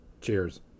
cheers